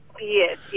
Yes